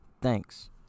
Thanks